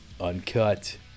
uncut